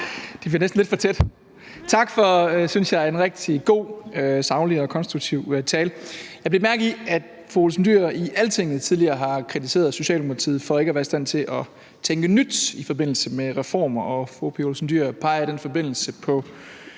Madsen (S): Tak for en, synes jeg, rigtig god, saglig og konstruktiv tale. Jeg har bidt mærke i, at fru Pia Olsen Dyhr i Altinget tidligere har kritiseret Socialdemokratiet for ikke at være i stand til at tænke nyt i forbindelse med reformer, og fru Pia Olsen Dyhr peger i den forbindelse på